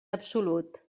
absolut